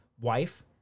wife